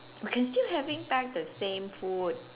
you can still having back the same food